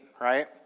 right